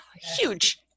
Huge